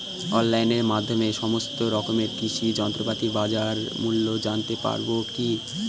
অনলাইনের মাধ্যমে সমস্ত রকম কৃষি যন্ত্রপাতির বাজার মূল্য জানতে পারবো কি?